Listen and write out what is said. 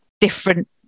different